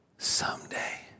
Someday